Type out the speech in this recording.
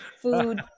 Food